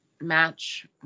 match